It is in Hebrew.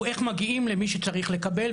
הוא איך מגיעים למי שצריך לקבל,